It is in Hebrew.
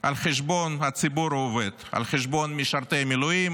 על חשבון הציבור העובד, על חשבון משרתי המילואים